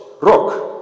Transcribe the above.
rock